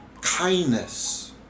kindness